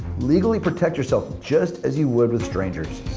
legally protect yourself just as you would with strangers.